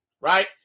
right